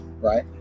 right